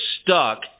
stuck